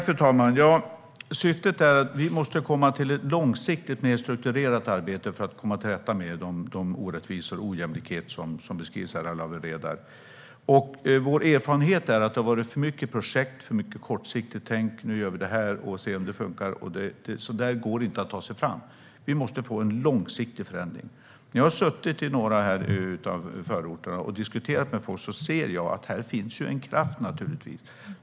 Fru talman! Syftet är att vi ska få ett långsiktigt och mer strukturerat arbete för att komma till rätta med de orättvisor och den ojämlikhet som beskrivs av Lawen Redar. Vår erfarenhet är att det har varit för många projekt och för mycket kortsiktigt tänk: Nu gör vi detta och ser om det funkar. Så går det inte att ta sig fram. Vi måste få en långsiktig förändring. När jag har diskuterat detta med folk i några av förorterna har jag märkt att det finns en kraft här.